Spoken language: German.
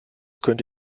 könnte